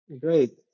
Great